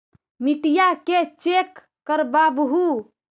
मिट्टीया के चेक करबाबहू?